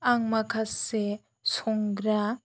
आं माखासे संग्रा